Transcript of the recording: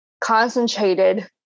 concentrated